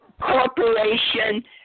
corporation